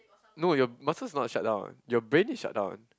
no your muscle is not shut down your brain is shut down